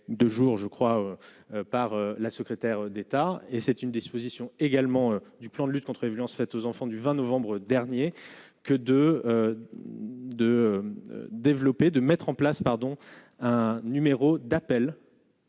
2 jours, je crois, par la secrétaire d'État, et c'est une disposition. également du plan de lutte contre les violences faites aux enfants du 20 novembre dernier que 2 de développer, de mettre en place, pardon, un numéro d'appel.